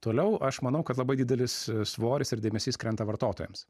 toliau aš manau kad labai didelis svoris ir dėmesys krenta vartotojams